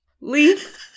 Leaf